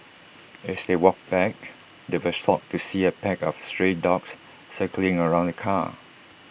as they walked back they were shocked to see A pack of stray dogs circling around the car